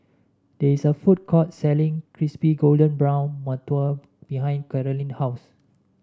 there is a food court selling Crispy Golden Brown Mantou behind Karolyn's house